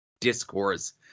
discourse